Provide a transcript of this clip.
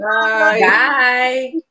Bye